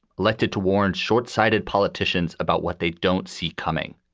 elected to warn shortsighted politicians about what they don't see coming.